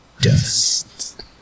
Dust